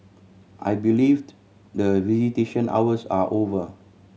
I believed the visitation hours are over